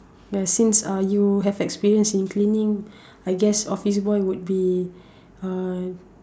ya since uh you have experience in cleaning I guess office boy would be uh